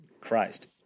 Christ